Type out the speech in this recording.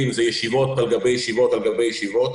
הוא ישיבות על גבי ישיבות על גבי ישיבות.